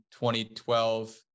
2012